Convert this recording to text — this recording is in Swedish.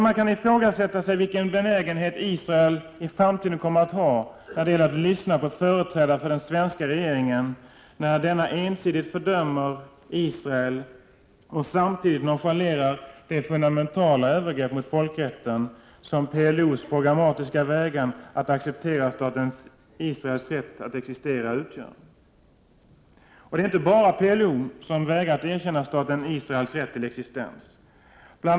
Man kan fråga sig vilken benägenhet Israel i framtiden kommer att ha när det gäller att lyssna på företrädare för den svenska regeringen, om denna ensidigt fördömer Israel och samtidigt nonchalerar det fundamentala övergrepp mot folkrätten som PLO:s programmatiska vägran att acceptera staten Israels rätt att existera utgör. Det är inte bara PLO som har vägrat att erkänna staten Israels rätt till existens. Bl.